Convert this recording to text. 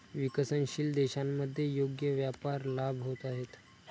विकसनशील देशांमध्ये योग्य व्यापार लाभ होत आहेत